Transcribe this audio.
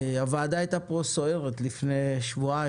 הוועדה היתה פה סוערת לפני שבועיים,